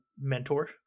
mentor